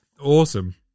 Awesome